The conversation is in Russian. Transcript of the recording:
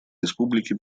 республики